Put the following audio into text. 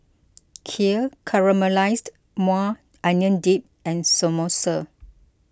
Kheer Caramelized Maui Onion Dip and Samosa